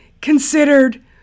considered